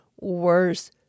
worse